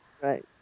Right